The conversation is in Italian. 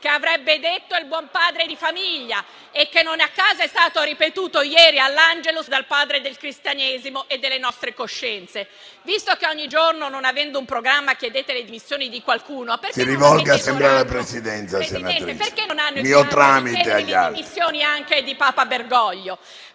che avrebbe detto un buon padre di famiglia e che, non a caso, è stato ripetuto ieri all'Angelus dal padre del cristianesimo e delle nostre coscienze. Visto che ogni giorno, non avendo un programma, chiedete le dimissioni di qualcuno... PRESIDENTE. Si rivolga sempre alla Presidenza e, per mio tramite, agli altri.